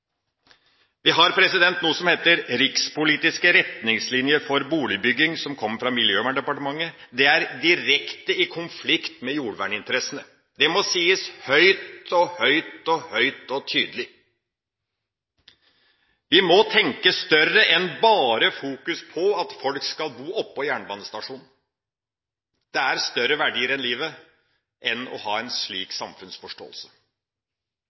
Vi har noe som heter rikspolitiske retningslinjer for boligbygging, som kom fra Miljøverndepartementet. Det er direkte i konflikt med jordverninteressene. Det må sies høyt og høyt og høyt og tydelig. Vi må tenke større enn bare fokus på at folk skal bo oppå jernbanestasjonen. Det er større verdier i livet enn å ha en